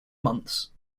months